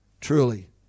Truly